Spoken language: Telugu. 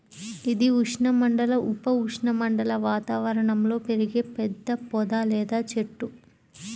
ఇది ఉష్ణమండల, ఉప ఉష్ణమండల వాతావరణంలో పెరిగే పెద్ద పొద లేదా చెట్టు